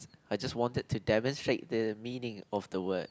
I just wanted to demonstrate the meaning of the word